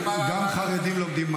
גם חרדים לומדים מתמטיקה,